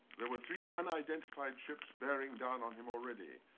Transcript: there were three unidentified ships bearing down on him already.